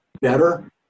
better